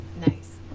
Nice